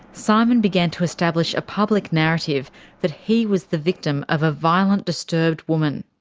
simon began to establish a public narrative that he was the victim of a violent, disturbed woman.